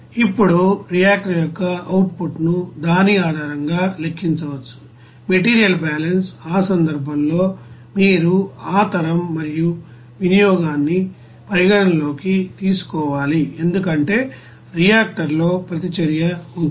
ఇప్పుడు రియాక్టర్ యొక్క output ను దాని ఆధారంగా లెక్కించవచ్చు మెటీరియల్ బ్యాలెన్స్ ఆ సందర్భంలో మీరు ఆ తరం మరియు వినియోగాన్ని పరిగణనలోకి తీసుకోవాలి ఎందుకంటే రియాక్టర్ లో ప్రతిచర్య ఉంటుంది